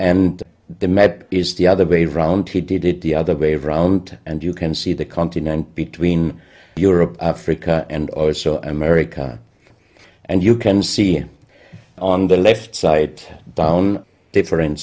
and the map is the other way round he did it the other way round and you can see the continent between europe africa and or so america and you can see here on the left side down different